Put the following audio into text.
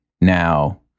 Now